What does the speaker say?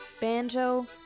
banjo